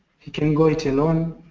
he can go it alone,